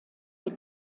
die